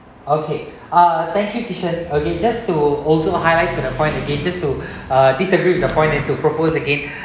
okay uh thank you kishel okay just to also highlight to the point again just to uh disagree with the point and to propose again